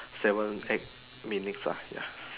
seven eight minutes lah ya